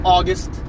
August